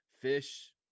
fish